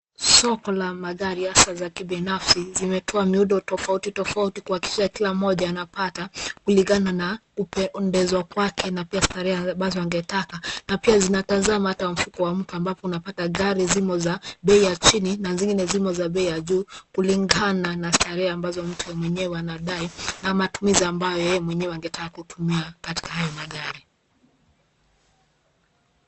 Soko la magari hasaa za kibinafsi, zimetoa miundo tofauti tofauti kuhakikisha kila mmoja anapata, kulingana na kupendezwa kwake, na pia starehe ambazo angetaka, na pia zinatazama hata mfuko wa mtu ambapo unapata gari zimo za bei ya chini, na zingine zimo za bei ya juu, kulingana na starehe ambazo mtu mwenyewe anadai na matumizi ambayo yeye mwenyewe angetaka kutumia katika hayo magari.